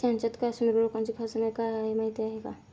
त्यांच्यात काश्मिरी लोकांची खासियत काय आहे माहीत आहे का?